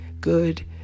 good